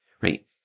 right